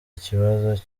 ikibazo